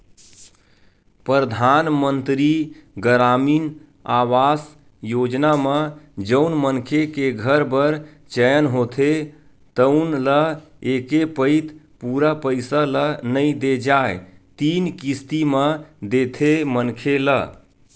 परधानमंतरी गरामीन आवास योजना म जउन मनखे के घर बर चयन होथे तउन ल एके पइत पूरा पइसा ल नइ दे जाए तीन किस्ती म देथे मनखे ल